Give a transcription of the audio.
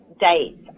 dates